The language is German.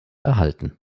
erhalten